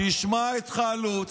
תשמע את חלוץ,